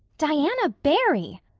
diana barry!